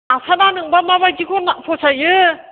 आसाना नोंब्ला माबायदिखौ फसायो